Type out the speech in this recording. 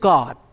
God